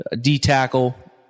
D-tackle